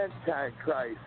Antichrist